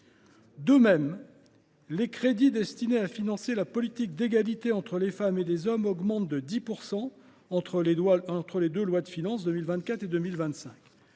De même, les crédits destinés à financer la politique d’égalité entre les femmes et les hommes augmentent de 10 % entre la loi de finances initiale